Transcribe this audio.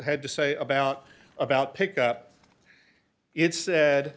had to say about about pick up it said